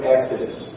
Exodus